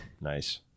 Nice